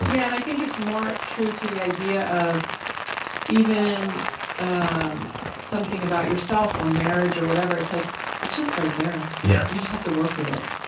yeah, and i think it's more true to the idea of even um something something about yourself or marriage or whatever. it's like it's just right there. yeah you just have to work at it.